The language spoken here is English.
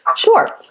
um sure,